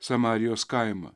samarijos kaimą